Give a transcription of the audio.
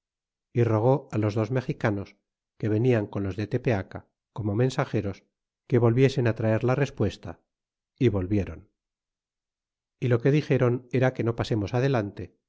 y rogó los dos mexicanos que venian con los de tepeaca como mensageros que volviesen traer la respuesta y volvió ron y lo que dixéron era que no pasemos adelante